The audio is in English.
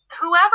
whoever